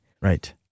Right